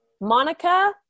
Monica